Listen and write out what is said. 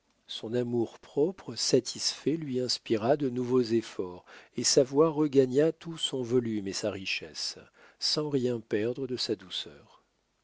son amourpropre satisfait lui inspira de nouveaux efforts et sa voix regagna tout son volume et sa richesse sans rien perdre de sa douceur